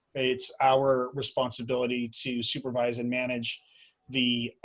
it's our responsibility to supervise and manage the